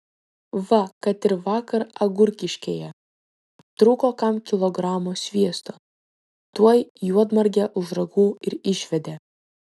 va kad ir vakar agurkiškėje trūko kam kilogramo sviesto tuoj juodmargę už ragų ir išvedė